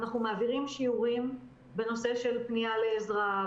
אנחנו מעבירים שיעורים בנושא של פנייה לעזרה,